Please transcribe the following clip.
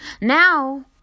Now